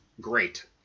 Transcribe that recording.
great